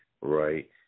right